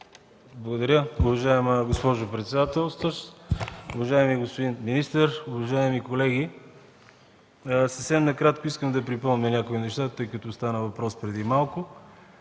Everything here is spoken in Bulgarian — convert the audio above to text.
Благодаря, уважаема госпожо председател. Уважаеми господин министър, уважаеми колеги, съвсем накратко искам да припомня някои неща, тъй като преди малко